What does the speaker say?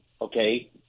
okay